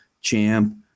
champ